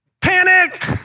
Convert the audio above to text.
Panic